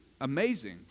amazing